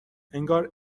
انگار